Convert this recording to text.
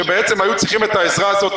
שהיו צריכים את העזרה הזאת,